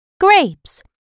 Grapes